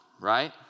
right